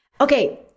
Okay